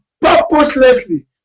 purposelessly